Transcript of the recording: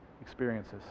experiences